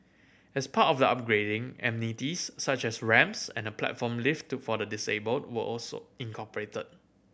as part of the upgrading amenities such as ramps and a platform lift for the disabled were also incorporated